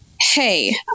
hey